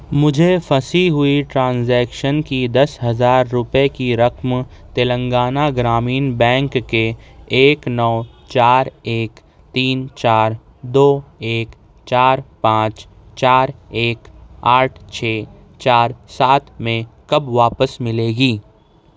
مجھے پھنسی ہوئی ٹرانزیکشن کی دس ہزار روپئے کی رقم تلنگانہ گرامین بینک کے ایک نو چار ایک تین چار دو ایک چار پانچ چار ایک آٹھ چھ چار سات میں کب واپس ملے گی